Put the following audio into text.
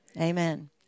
Amen